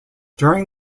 during